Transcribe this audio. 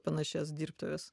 panašias dirbtuves